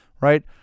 right